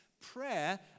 Prayer